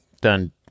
done